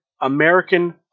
American